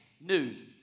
news